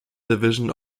division